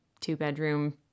two-bedroom